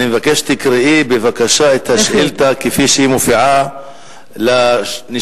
אני מבקש שתקראי בבקשה את השאילתא כפי שהיא מופיעה לנשאל.